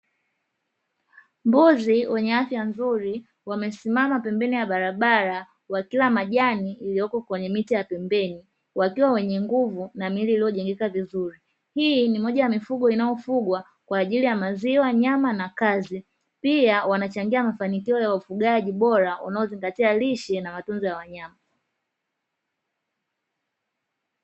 Mbuzi wenye afya nzuri wamesimama pambeni ya barabara, wakila majani yaliyopo kwenye miti ya pembeni, wakiwa wenye nguvu na miili iliyojengeka vizuri, hii ni moja ya mifugo inayofugwa kwa ajili ya maziwa, nyama na kazi, pia wanachangia mafanikio ya ufugaji bora unaozingatia lishe, na matunzo ya wanyama.